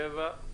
שבעה נגד.